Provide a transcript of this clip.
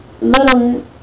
little